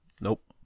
nope